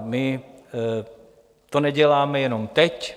My to neděláme jenom teď.